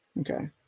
okay